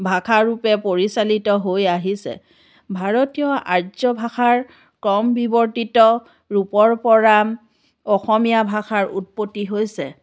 ভাষাৰূপে পৰিচালিত হৈ আহিছে ভাৰতীয় আৰ্য্য ভাষাৰ ক্ৰম বিৱৰ্তিত ৰূপৰ পৰা অসমীয়া ভাষাৰ উৎপত্তি হৈছে